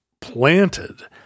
planted